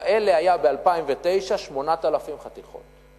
כאלה היו ב- 2009 8,000 חתיכות.